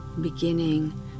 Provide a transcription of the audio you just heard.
beginning